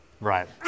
Right